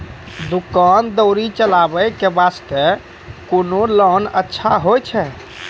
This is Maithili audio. दुकान दौरी चलाबे के बास्ते कुन लोन अच्छा होय छै?